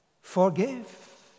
forgive